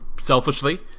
selfishly